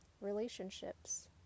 relationships